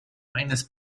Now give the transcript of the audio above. eines